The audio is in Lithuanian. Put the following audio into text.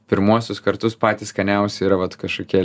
pirmuosius kartus patys skaniausi yra vat kažkokie